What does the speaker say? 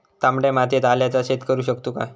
तामड्या मातयेत आल्याचा शेत करु शकतू काय?